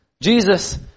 Jesus